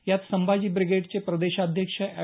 यात संभाजी ब्रिगेडचे प्रदेशाध्यक्ष अॅड